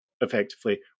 effectively